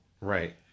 Right